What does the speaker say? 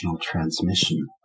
transmission